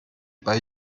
bei